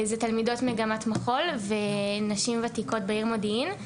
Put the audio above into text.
תלמידות מגמת מחול ונשים ותיקות בעיר מודיעין,